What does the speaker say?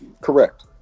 Correct